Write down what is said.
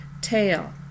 Tail